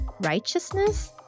righteousness